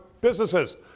businesses